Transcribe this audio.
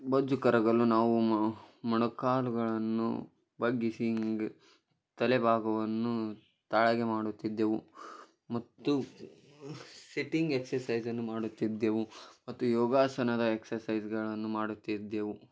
ಬೊಜ್ಜು ಕರಗಲು ನಾವು ಮೊಣಕಾಲುಗಳನ್ನು ಬಗ್ಗಿಸಿ ಹಿಂಗ್ ತಲೆಭಾಗವನ್ನು ತಾಳೆಗೆ ಮಾಡುತ್ತಿದ್ದೆವು ಮತ್ತು ಸಿಟ್ಟಿಂಗ್ ಎಕ್ಸಸೈಜನ್ನು ಮಾಡುತ್ತಿದ್ದೆವು ಮತ್ತು ಯೋಗಾಸನದ ಎಕ್ಸಸೈಜ್ಗಳನ್ನು ಮಾಡುತ್ತಿದ್ದೆವು